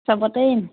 চবতে দিম